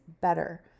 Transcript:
better